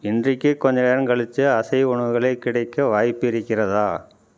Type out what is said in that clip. இன்றைக்கே கொஞ்சம் நேரம் கழிச்சி அசைவ உணவுகளை கிடைக்க வாய்ப்பு இருக்கிறதா